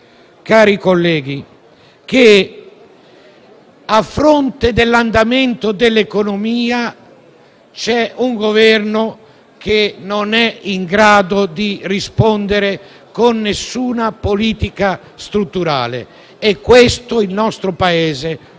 fatto che, a fronte dell'andamento dell'economia, c'è un Governo che non è in grado di rispondere con nessuna politica strutturale e il nostro Paese,